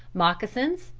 moccasins,